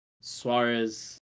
Suarez